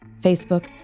Facebook